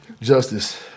Justice